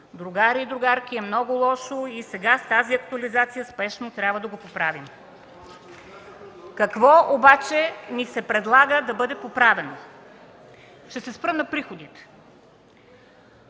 другари и другарки, е много лошо и сега с тази актуализация спешно трябва да го поправим.” Какво ни се предлага да бъде поправено? Ще се спра на приходите.